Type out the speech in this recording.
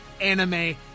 Anime